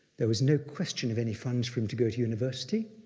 there was no question of any funds for him to go to university.